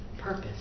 purpose